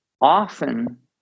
often